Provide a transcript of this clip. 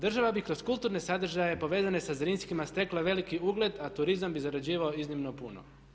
Država bi kroz kulturne sadržaje povezane sa Zrinskima stekla veliki ugled a turizam bi zarađivao iznimno puno.